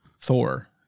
Thor